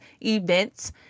events